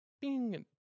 bing